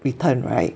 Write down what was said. return right